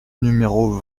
numéro